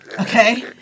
Okay